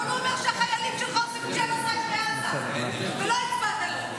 אבל הוא אומר שהחיילים שלך עושים ג'נוסייד בעזה ולא הצבעת לו.